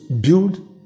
build